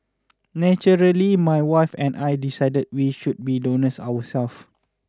naturally my wife and I decided we should be donors ourselves